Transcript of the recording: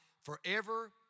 forever